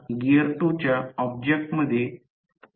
तर stator windings येथे आहेत